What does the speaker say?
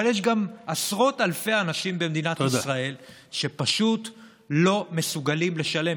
אבל יש גם עשרות אלפי אנשים במדינת ישראל שפשוט לא מסוגלים לשלם.